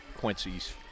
Quincy's